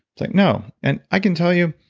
like no! and i can tell you,